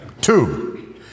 Two